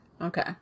Okay